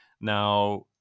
Now